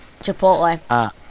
Chipotle